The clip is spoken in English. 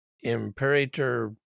Imperator